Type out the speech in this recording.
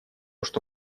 что